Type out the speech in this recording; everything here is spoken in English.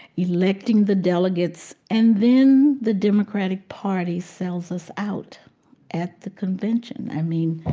electing the delegates and then the democratic party sells us out at the convention. i mean,